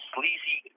Sleazy